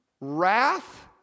wrath